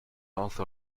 also